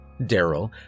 Daryl